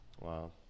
Wow